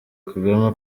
kagame